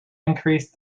increase